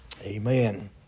Amen